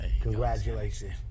Congratulations